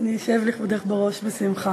אני אשב לכבודך בראש בשמחה.